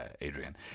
Adrian